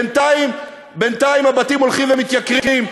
בינתיים הבתים הולכים ומתייקרים.